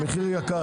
המחיר יקר.